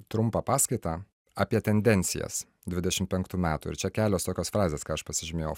trumpą paskaitą apie tendencijas dvidešimt penktų metų ir čia kelios tokios frazės ką aš pasižymėjau